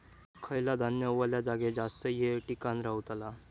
खयला धान्य वल्या जागेत जास्त येळ टिकान रवतला?